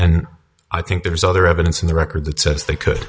and i think there's other evidence in the record that says they could